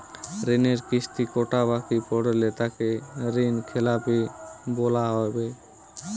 ঋণের কিস্তি কটা বাকি পড়লে তাকে ঋণখেলাপি বলা হবে?